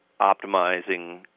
optimizing